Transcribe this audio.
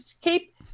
keep